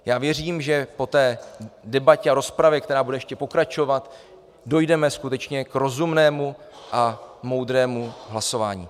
Já věřím, že po té debatě a rozpravě, která bude ještě pokračovat, dojdeme skutečně k rozumnému a moudrému hlasování.